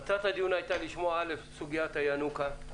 מטרת הדיון הייתה לשמוע: א', סוגיית הינוקא,